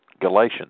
Galatians